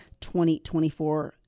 2024